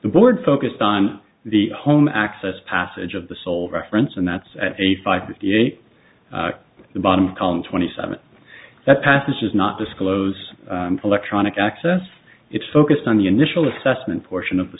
the board focused on the home access passage of the sole reference and that's at a five fifty eight the bottom kong twenty seven that passage is not disclose electronic access it's focused on the initial assessment portion of the